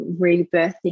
rebirthing